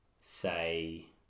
say